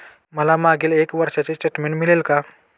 मला मागील एक वर्षाचे स्टेटमेंट मिळेल का?